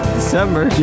December